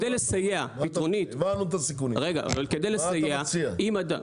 הבנו את הסיכונים, מה אתה מציע?